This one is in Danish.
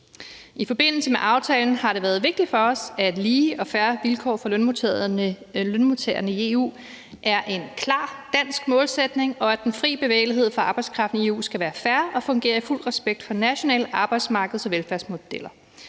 I forbindelse med aftalen har det været vigtigt for os, at lige og fair vilkår for lønmodtagerne i EU er en klar dansk målsætning, og at den fri bevægelighed for arbejdskraften i EU skal være fair og fungere i fuld respekt for nationale arbejdsmarkeds- og velfærdsmodeller.